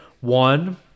One